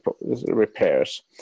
repairs